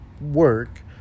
work